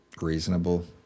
reasonable